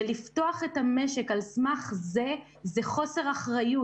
לפתוח את המשק על סמך זה, זה חוסר אחריות.